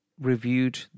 reviewed